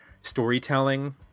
storytelling